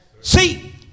See